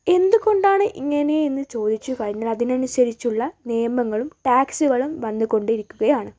എന്തുകൊണ്ടാണ് ഇങ്ങനേ എന്ന് ചോദിച്ചുകഴിഞ്ഞാൽ അതിനനുസരിച്ചുള്ള നിയമങ്ങളും ടാക്സുകളും വന്നുകൊണ്ടിരിക്കുകയാണ്